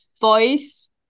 voice